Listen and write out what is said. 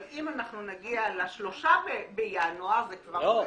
אבל אם אנחנו נגיע ל- בינואר --- לא.